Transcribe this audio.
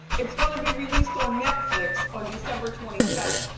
it's gonna be released on netflix on december twenty seventh.